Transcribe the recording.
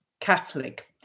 Catholic